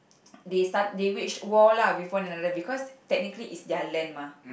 they start they wage war lah with one another cause technically it's their land mah